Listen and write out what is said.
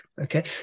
Okay